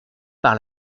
par